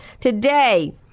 Today